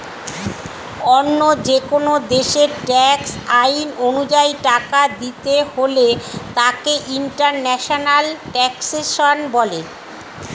অন্য যেকোন দেশের ট্যাক্স আইন অনুযায়ী টাকা দিতে হলে তাকে ইন্টারন্যাশনাল ট্যাক্সেশন বলে